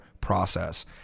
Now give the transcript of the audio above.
process